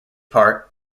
part